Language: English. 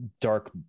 dark